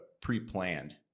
pre-planned